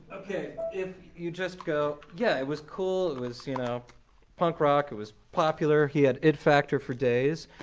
okay if you just go, yes, yeah it was cool, it was you know punk rock, it was popular, he had it factor for days,